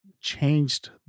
changed